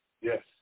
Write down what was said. Yes